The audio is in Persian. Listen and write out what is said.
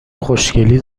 خوشگلی